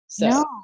No